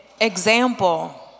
example